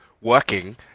working